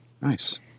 Nice